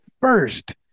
First